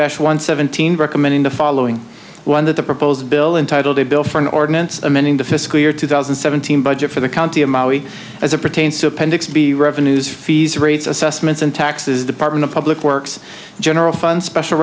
dash one seventeen recommend in the following one that the proposed bill intitled a bill for an ordinance amending the fiscal year two thousand and seventeen budget for the county of maui as it pertains to appendix b revenues fees rates assessments and taxes department of public works general fund special